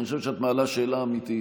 אני חושב שאת מעלה שאלה אמיתית,